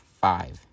five